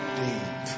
deep